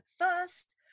first